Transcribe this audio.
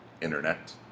Internet